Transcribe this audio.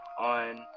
on